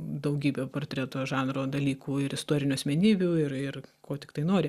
daugybę portreto žanro dalykų ir istorinių asmenybių ir ir ko tiktai nori